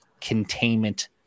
containment